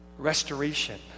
Restoration